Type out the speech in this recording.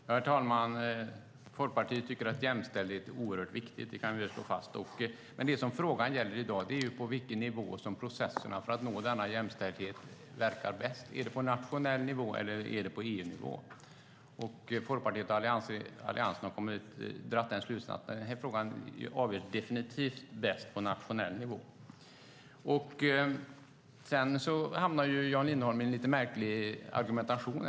Herr talman! Folkpartiet tycker att jämställdhet är oerhört viktigt. Det kan vi slå fast. Frågan i dag gäller på vilken nivå processerna för att nå denna jämställdhet verkar bäst. Är det på nationell nivå eller är det på EU-nivå? Folkpartiet och Alliansen har dragit slutsatsen att den här frågan avgörs definitivt bäst på nationell nivå. Jan Lindholm hamnar i en märklig argumentation.